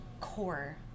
core